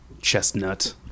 chestnut